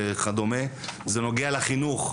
וכדומה, זה נוגע לחינוך,